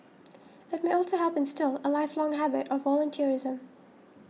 it may also help instil a lifelong habit of volunteerism